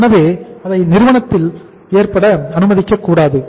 எனவே அதை நிறுவனத்தில் ஏற்பட அனுமதிக்கக்கூடாது